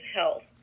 health